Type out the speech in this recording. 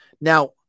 Now